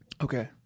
Okay